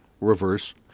reverse